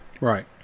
Right